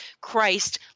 Christ